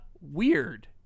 weird